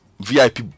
vip